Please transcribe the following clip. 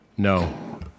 No